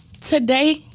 today